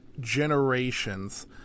generations